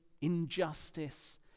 injustice